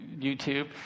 YouTube